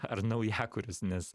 ar naujakurius nes